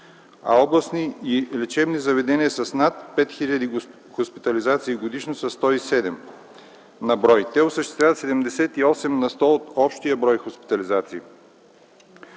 а областни и лечебни заведения с над 5000 хоспитализации годишно са 107 на брой. Те осъществяват 78 на сто от общия брой хоспитализации.